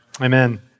Amen